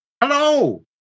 Hello